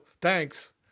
Thanks